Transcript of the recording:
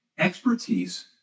Expertise